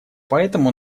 поэтому